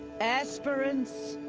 aspirants.